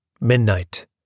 Midnight